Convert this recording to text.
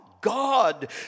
God